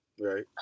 Right